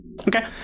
Okay